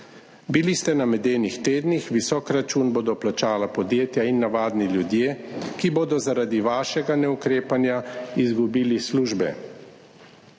Bili ste na medenih tednih, visok račun bodo plačala podjetja in navadni ljudje, ki bodo zaradi vašega neukrepanja izgubili službe.